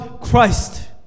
Christ